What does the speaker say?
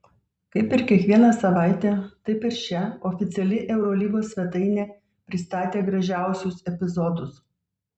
kaip ir kiekvieną savaitę taip ir šią oficiali eurolygos svetainė pristatė gražiausius epizodus